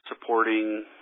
supporting